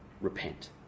Repent